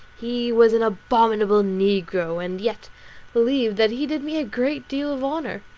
he was an abominable negro, and yet believed that he did me a great deal of honour.